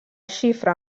xifra